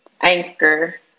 Anchor